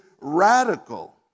radical